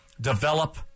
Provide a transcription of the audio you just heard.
develop